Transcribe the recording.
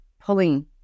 pulling